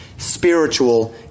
spiritual